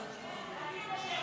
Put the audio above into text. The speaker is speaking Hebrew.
אני מוותרת.